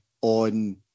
on